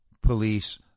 police